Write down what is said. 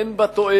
אין בה תועלת,